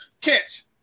catch